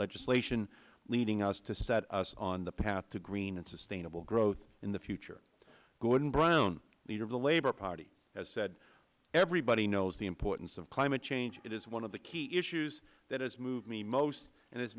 legislation leading us to set us on the path to green and sustainable growth in the future gordon brown leader of the labor party has said everybody knows the importance of climate change it is one of the key issues that has moved me most and